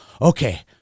okay